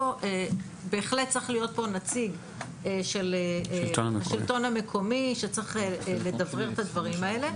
בהחלט צריך להיות פה נציג של השלטון המקומי שצריך לדברר את הדברים האלה.